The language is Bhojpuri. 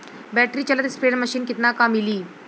बैटरी चलत स्प्रेयर मशीन कितना क मिली?